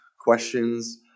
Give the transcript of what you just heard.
questions